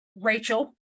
Rachel